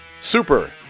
Super